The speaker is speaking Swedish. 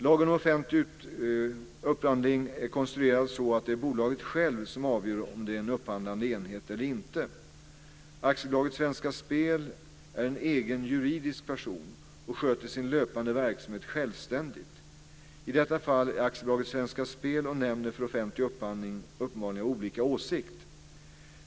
Lagen om offentlig upphandling är konstruerad så att det är bolaget självt som avgör om det är en upphandlande enhet eller inte. AB Svenska Spel är en egen juridisk person och sköter sin löpande verksamhet självständigt. I detta fall är AB Svenska Spel och Nämnden för offentlig upphandling uppenbarligen av olika åsikt.